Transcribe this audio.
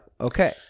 Okay